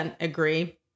agree